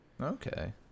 Okay